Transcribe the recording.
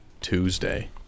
Tuesday